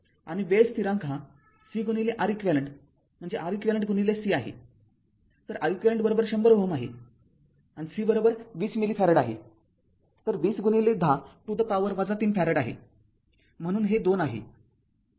आणि वेळ स्थिरांक हा CReq म्हणजे ReqC आहे तर Req १०० Ω आहे आणि C२० मिली फॅरेड आहे तर २०१० to the power ३ फॅरेड आहे म्हणून हे २ आहे